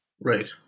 Right